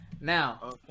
Now